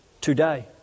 today